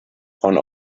von